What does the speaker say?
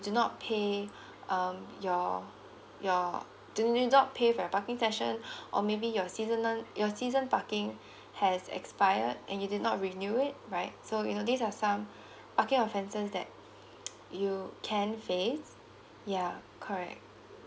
you do not pay um your your you do not pay for your parking session or maybe your seasonal your season parking has expired and you did not renew it right so you know these are some parking offences that you can face yeah correct